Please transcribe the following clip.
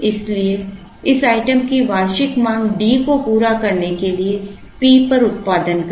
इसलिए इस आइटम की वार्षिक मांग D को पूरा करने के लिए P पर उत्पादन करें